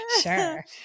Sure